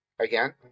again